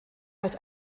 als